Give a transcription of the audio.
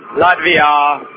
Latvia